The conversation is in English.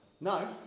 No